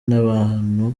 n’abantu